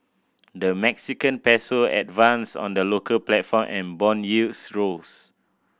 the Mexican Peso advanced on the local platform and bond yields rose